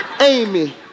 Amy